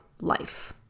life